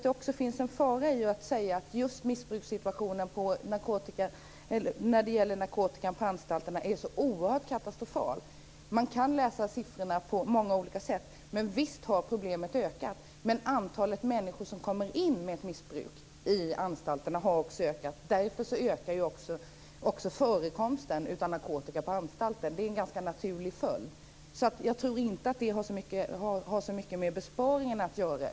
Det finns en fara i att säga att narkotikasituationen på anstalterna är så oerhört katastrofal. Man kan läsa siffrorna på många olika sätt. Visst har problemet ökat. Men antalet människor som kommer in med ett missbruk i anstalterna har också ökat. Därför ökar också förekomsten av narkotika på anstalterna. Det är en ganska naturlig följd. Jag tror inte att det har så mycket med besparingarna att göra.